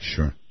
Sure